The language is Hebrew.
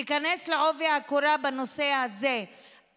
תיכנס בעובי הקורה בנושא הזה,